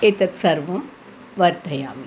एतत्सर्वं वर्धयामि